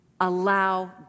Allow